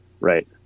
Right